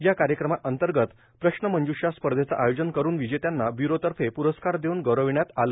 या कार्यक्रमांतर्गत प्रश्न मंजूषा स्पर्धेचं आयोजन करून विजेत्यांना ब्युरोतर्फे पुरस्कार देऊन गौरविण्यात आलं